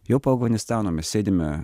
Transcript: jau po afganistano mes sėdime